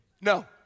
no